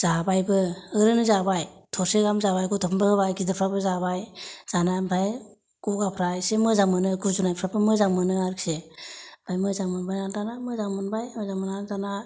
जाबायबो ओरैनो जाबाय थरसे गाहाम जाबाय गथ'फोरनोबो होबाय गिदिरफ्राबो जाबाय जानानै ओमफ्राय गगाफ्रा एसे मोजां मोनो गुजुनायफ्राबो मोजां मोनो आरोखि मोजां मोनबाय दाना मोजां मोनबाय मोजां मोननानै